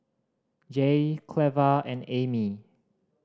Jaye Cleva and Ammie